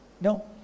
No